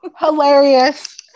Hilarious